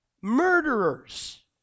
Murderers